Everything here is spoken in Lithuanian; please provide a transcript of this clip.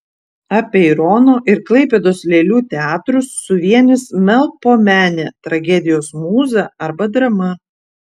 apeirono ir klaipėdos lėlių teatrus suvienys melpomenė tragedijos mūza arba drama